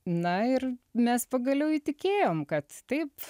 na ir mes pagaliau įtikėjom kad taip